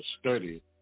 study